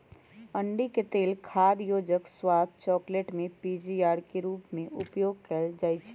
अंडिके तेल खाद्य योजक, स्वाद, चकलेट में पीजीपीआर के रूप में उपयोग कएल जाइछइ